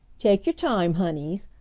take you time, honeys,